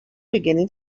beginning